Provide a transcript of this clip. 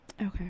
Okay